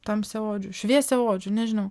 tamsiaodžių šviesiaodžių nežinau